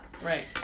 Right